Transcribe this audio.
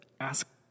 Ask